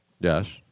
Yes